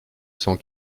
cent